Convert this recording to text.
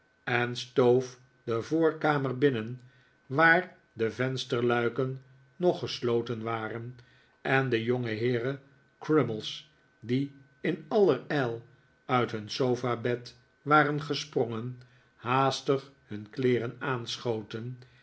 en stoof de voorkamer binnen waar de vensterluiken nog gesloten waren en de jongeheeren crummies die in allerijl uit hun sofa bed waren gesprongen haastig hun kleeren aanschoten